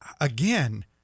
again